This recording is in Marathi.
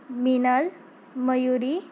मीनल मयुरी